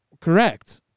Correct